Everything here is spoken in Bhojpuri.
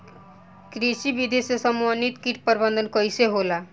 कृषि विधि से समन्वित कीट प्रबंधन कइसे होला?